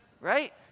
right